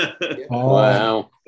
wow